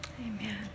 Amen